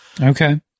Okay